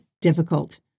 difficult